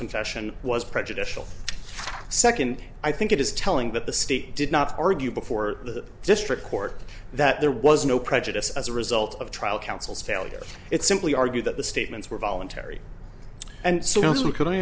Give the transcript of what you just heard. confession was prejudicial second i think it is telling that the state did not argue before the district court that there was no prejudice as a result of trial counsel's failure it's simple we argue that the statements were voluntary and so what could i